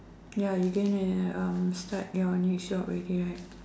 ya you gonna um start your next job already right